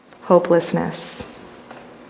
Hopelessness